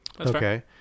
Okay